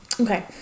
Okay